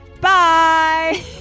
Bye